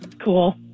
cool